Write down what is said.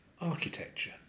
Architecture